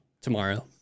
tomorrow